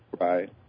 Right